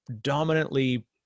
dominantly